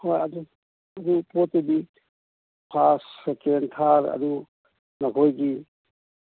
ꯍꯣꯏ ꯑꯗꯨ ꯑꯗꯨ ꯄꯣꯠꯇꯨꯗꯤ ꯐꯥꯁ ꯁꯦꯀꯦꯟ ꯊꯥꯔ ꯑꯗꯨ ꯅꯈꯣꯏꯒꯤ